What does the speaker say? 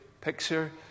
Picture